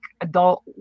adult